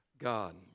God